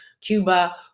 Cuba